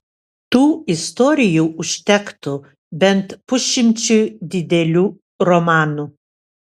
tų istorijų užtektų bent pusšimčiui didelių romanų